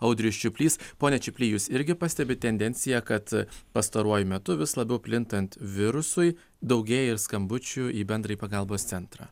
audrius čiuplys pone čiuply jus irgi pastebit tendenciją kad pastaruoju metu vis labiau plintant virusui daugėja ir skambučių į bendrąjį pagalbos centrą